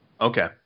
Okay